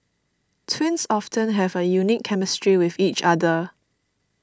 twins often have a unique chemistry with each other